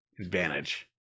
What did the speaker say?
advantage